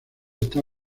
está